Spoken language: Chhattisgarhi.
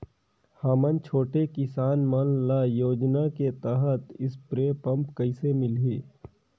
हमन छोटे किसान मन ल योजना के तहत स्प्रे पम्प कइसे मिलही?